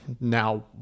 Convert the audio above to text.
now